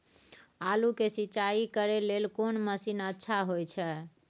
आलू के सिंचाई करे लेल कोन मसीन अच्छा होय छै?